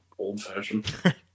old-fashioned